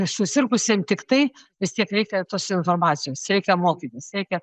susirgusiam tiktai vis tiek reikia tos informacijos reikia mokytis reikia